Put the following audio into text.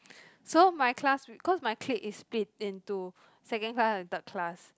so my class cause my clique is split into second class and third class